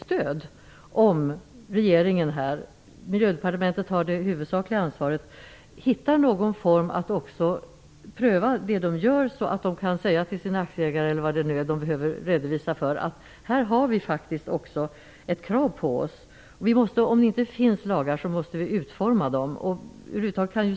Jag undrar om det inte skulle vara ett direkt stöd för företagen om regeringen hittar ett sätt att kunna pröva vad företagen gör. Då skulle företagen kunna säga till aktieägarna -- eller vem det är de nu redovisar inför -- att här har de ett krav på sig. Om det inte finns lagar, måste de utformas.